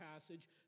passage